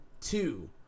two